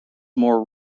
more